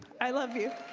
i love you.